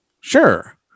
Sure